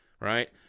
right